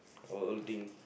or outing